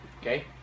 Okay